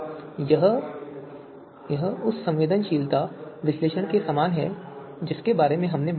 यह उस संवेदनशीलता विश्लेषण के समान है जिसके बारे में हमने बात की थी